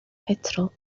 petrol